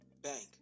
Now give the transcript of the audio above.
Bank